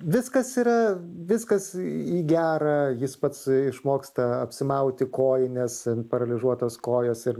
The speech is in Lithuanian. viskas yra viskas į gerą jis pats išmoksta apsimauti kojines paralyžiuotos kojos ir